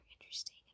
interesting